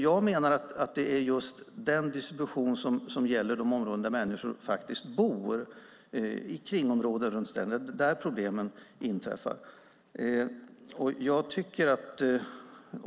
Jag menar att det är just den diskussion som gäller de områden där människor faktiskt bor, kringområden runt städer där problemen inträffar, som vi bör föra.